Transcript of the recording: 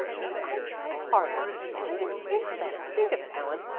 if i'd tried harder played an inch better think of it, helen,